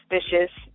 suspicious